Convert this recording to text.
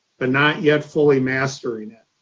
but not yet fully mastering it.